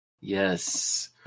yes